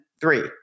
three